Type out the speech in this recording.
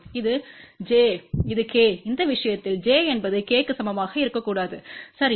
இது j இது k இந்த விஷயத்தில் j என்பது k க்கு சமமாக இருக்கக்கூடாது சரி